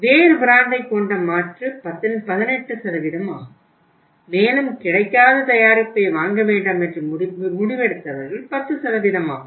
வேறு பிராண்டைக் கொண்ட மாற்று 18 ஆகும் மேலும் கிடைக்காத தயாரிப்பை வாங்க வேண்டாம் என்று முடிவெடுத்தவர்கள் 10 ஆகும்